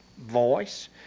voice